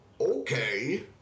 Okay